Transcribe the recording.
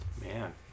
Man